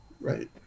right